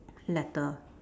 letter